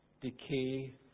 decay